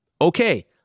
Okay